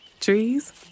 Trees